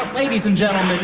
ladies and gentlemen,